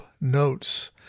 Notes